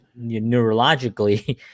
neurologically